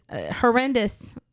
horrendous